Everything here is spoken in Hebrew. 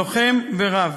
לוחם ורב.